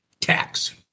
tax